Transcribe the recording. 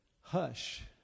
hush